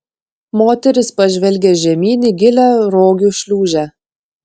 moteris pažvelgė žemyn į gilią rogių šliūžę